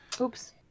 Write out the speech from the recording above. Oops